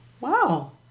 Wow